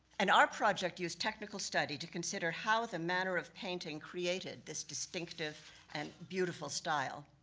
and our project used technical study to consider how the manner of painting created this distinctive and beautiful style.